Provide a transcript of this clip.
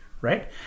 Right